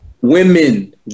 Women